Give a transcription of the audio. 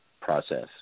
process